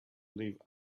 live